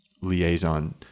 liaison